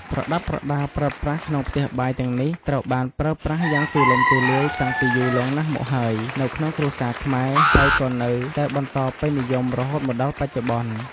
ប្រដាប់ប្រដាប្រើប្រាស់ក្នុងផ្ទះបាយទាំងនេះ ត្រូវបានប្រើប្រាស់យ៉ាងទូលំទូលាយតាំងពីយូរលង់ណាស់មកហើយនៅក្នុងគ្រួសារខ្មែរ ហើយនៅតែបន្តពេញនិយមរហូតមកដល់បច្ចុប្បន្ន។